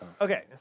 Okay